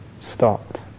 stopped